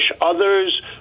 others